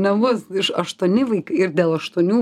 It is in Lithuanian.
nebus iš aštuoni vaikai ir dėl aštuonių